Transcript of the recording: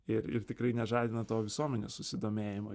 ir ir tikrai nežadina to visuomenės susidomėjimo